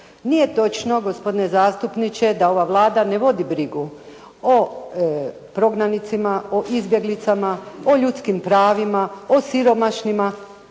Nije točno gospodine zastupniče da ova Vlada ne vodi brigu o prognanicima, o izbjeglicama, o ljudskim pravima, o siromašnima